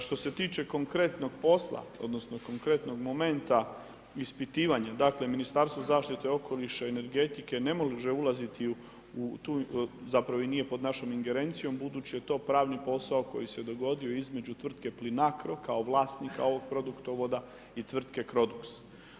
Što se tiče konkretnog posla, odnosno konkretnog momenta ispitivanja, dakle Ministarstvo zaštite okoliša i energetike ne može ulaziti u tu, zapravo i nije pod našom ingerencijom budući je to pravni posao koji se dogodio između tvrtke Plinacro kao vlasnika ovog produktovoda i tvrtke Crodux.